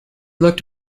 looked